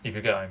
if you get one